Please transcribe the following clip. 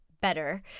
better